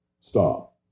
Stop